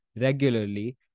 regularly